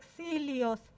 exilios